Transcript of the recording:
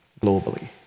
globally